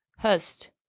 hurst,